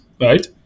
right